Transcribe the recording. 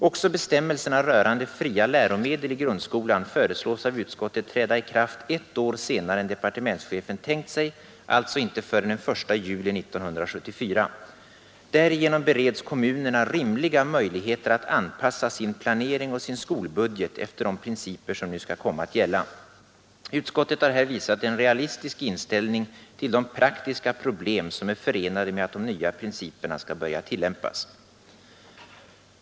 Också bestämmelserna rörande fria läromedel i grundskolan föreslås av utskottet träda i kraft ett år senare än departementschefen tänkt sig, alltså inte förrän den 1 juli 1974. Därigenom bereds kommunerna rimliga möjligheter att anpassa sin planering och sin skolbudget efter de principer som nu skall komma att gälla. Utskottet har här visat en realistisk inställning till de praktiska problem som är förenade med att de nya principerna skall börja tillämpas.